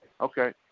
okay